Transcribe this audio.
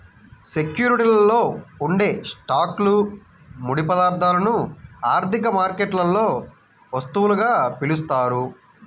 సెక్యూరిటీలలో ఉండే స్టాక్లు, ముడి పదార్థాలను ఆర్థిక మార్కెట్లలో వస్తువులుగా పిలుస్తారు